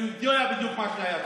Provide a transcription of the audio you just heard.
ואני יודע בדיוק מה שהיה שם.